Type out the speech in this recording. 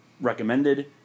recommended